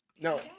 No